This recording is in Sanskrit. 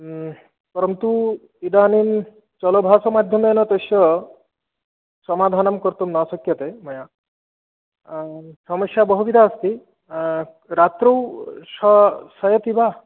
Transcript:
परन्तु इदानीं चलभाषामाध्यमेन तस्य समाधानं कर्तुं न शक्यते मया समस्या बहुविधा अस्ति रात्रौ स शयति वा